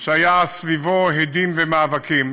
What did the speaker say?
שהיו סביבו הדים ומאבקים,